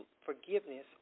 forgiveness